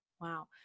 Wow